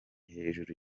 hejuru